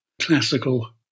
Classical